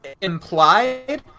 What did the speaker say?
implied